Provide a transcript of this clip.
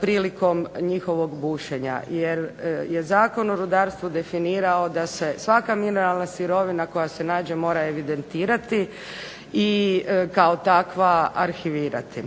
prilikom njihovog bušenja, jer je Zakon o rudarstvu definirao da se svaka mineralna sirovina koja se nađe mora evidentirati i kao takva arhivirati.